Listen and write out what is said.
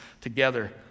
together